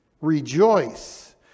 Rejoice